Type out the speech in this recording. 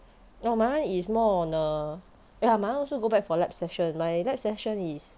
no my one is more on the ya my one also go back for the lab session my lab session is